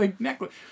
necklace